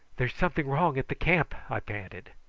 there's something wrong at the camp, i panted.